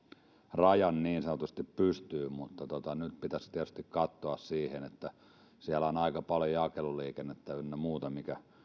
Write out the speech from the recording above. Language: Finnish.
rajan niin sanotusti pystyyn mutta nyt pitäisi tietysti katsoa sitä että siellä on aika paljon jakeluliikennettä ynnä muuta mikä